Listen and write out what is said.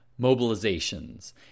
mobilizations